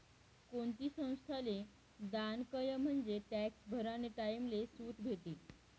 कोणती संस्थाले दान कयं म्हंजे टॅक्स भरानी टाईमले सुट भेटी